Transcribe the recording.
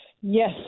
yes